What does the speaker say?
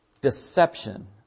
deception